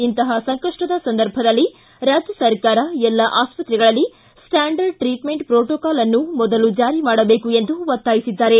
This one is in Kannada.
ಇಂತಹ ಸಂಕಷ್ಟದ ಸಂದರ್ಭದಲ್ಲಿ ರಾಜ್ಯ ಸರ್ಕಾರ ಎಲ್ಲಾ ಆಸ್ಪತ್ರೆಗಳಲ್ಲಿ ಸ್ವಾಂಡರ್ಡ ಟ್ರೀಟ್ಮೆಂಟ್ ಪೊಟೊಕಾಲ್ ಅನ್ನು ಮೊದಲು ಜಾರಿ ಮಾಡಬೇಕು ಎಂದು ಒತ್ತಾಯಿಸಿದ್ದಾರೆ